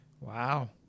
Wow